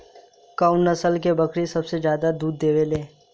कउन नस्ल के बकरी सबसे ज्यादा दूध देवे लें?